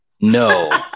no